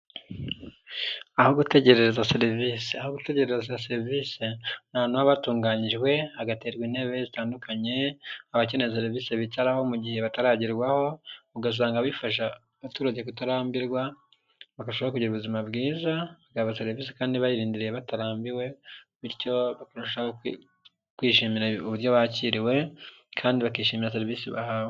Aho gutegereza serivisi. Aho gutegereza serivisi ni ahantu haba hatunganijwe hagaterwa intebe zitandukanye, abakeneye serivisi bicaraho mu gihe bataragerwaho, ugasanga bifasha abaturage kutarambirwa, bakarushaho no kugira ubuzima bwiza bagahabwa serivisi kandi bariyirindiriye batarambiwe. Bityo barushaho kwishimira uburyo bakiriwe, kandi bakishimira serivisi bahawe.